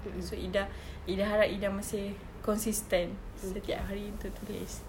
so ida ida harap ida masih consistent setiap hari untuk tulis